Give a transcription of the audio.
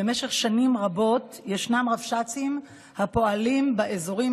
במשך שנים רבות ישנם רבש"צים הפועלים באזורים